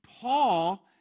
Paul